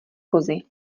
kozy